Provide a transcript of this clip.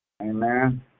Amen